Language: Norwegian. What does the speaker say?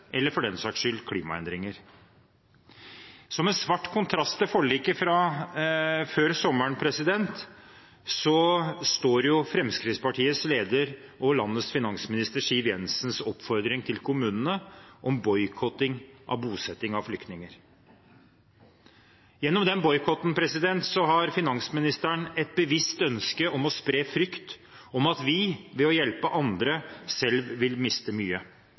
eller for den saks skyld flukt fra klimaendringer. Som en svart kontrast til forliket fra før sommeren står Fremskrittspartiets leder og landets finansminister Siv Jensens oppfordring til kommunene om boikotting av bosetting av flyktninger. Gjennom den boikotten har finansministeren et bevisst ønske om å spre frykt om at vi ved å hjelpe andre selv vil miste mye,